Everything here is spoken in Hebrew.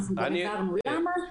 אנחנו גם הסברנו למה.